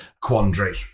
quandary